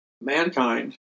mankind